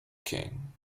king